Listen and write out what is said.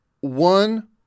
one